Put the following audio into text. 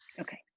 Okay